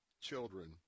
children